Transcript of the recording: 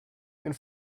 and